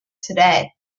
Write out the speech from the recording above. today